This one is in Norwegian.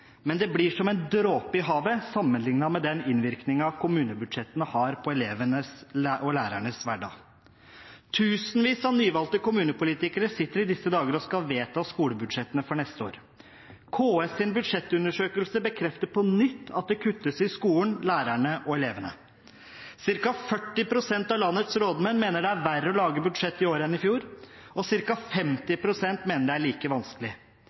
men det blir som en dråpe i havet sammenlignet med den innvirkningen kommunebudsjettene har på elevenes og lærernes hverdag. Tusenvis av nyvalgte kommunepolitikere sitter i disse dager og skal vedta skolebudsjettene for neste år. KS’ budsjettundersøkelse bekrefter på nytt at det kuttes i skolen, for lærerne og elevene. Cirka 40 pst. av landets rådmenn mener det er verre å lage budsjett i år enn i fjor, og ca. 50 pst. mener det er like vanskelig.